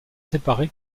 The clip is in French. séparé